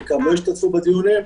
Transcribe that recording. חלקם לא השתתפו בדיונים.